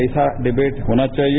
ऐसा डिबेट होना चाहिए